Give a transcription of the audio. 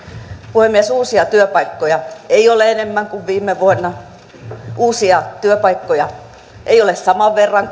puhemies uusia työpaikkoja ei ole enemmän kuin viime vuonna uusia työpaikkoja ei ole saman verran